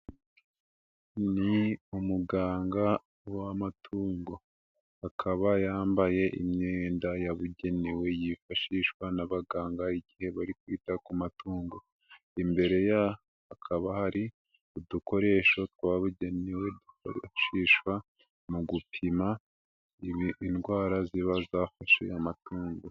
Ni umuganga w'amatungo akaba yambaye imyenda yabugenewe yifashishwa n'abaganga igihe bari kwita ku matungo, imbere ye hakaba hari udukoresho twabugenewe twifashishwa mu gupima indwara ziba zafashe amatungo.